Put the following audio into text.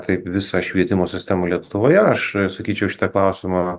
taip visą švietimo sistemą lietuvoje aš sakyčiau šitą klausimą